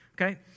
Okay